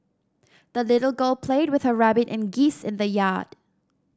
the little girl played with her rabbit and geese in the yard